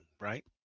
right